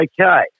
Okay